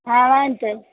હા વાંધો નહીં